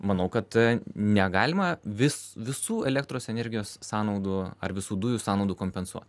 manau kad negalima vis visų elektros energijos sąnaudų ar visų dujų sąnaudų kompensuot